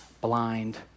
blind